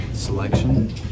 selection